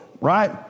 right